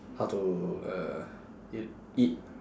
how to uh ea~ eat